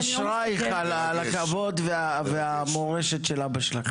אשרייך על הכבוד והמורשת של אבא שלך.